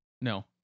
No